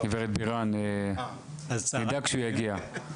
גברת בירן, נדאג שהוא יגיע.